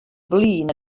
flin